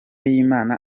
y’imana